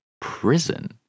prison